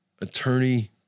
attorney